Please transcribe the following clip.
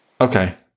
Okay